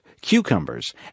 cucumbers